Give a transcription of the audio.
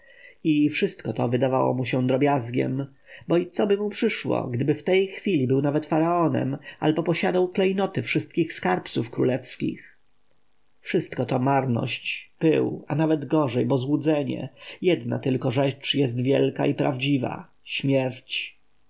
i wszystko to wydawało mu się drobiazgiem bo i coby mu przyszło gdyby w tej chwili był nawet faraonem albo posiadał klejnoty wszystkich skarbców królewskich wszystko to marność pył a nawet gorzej bo złudzenie jedna tylko rzecz jest wielka i prawdziwa śmierć